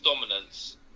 dominance